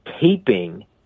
taping